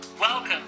Welcome